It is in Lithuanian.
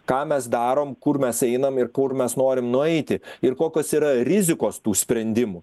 ką mes darom kur mes einam ir kur mes norim nueiti ir kokios yra rizikos tų sprendimų